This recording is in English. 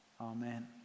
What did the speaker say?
Amen